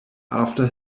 after